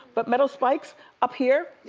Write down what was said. but metal spikes up here.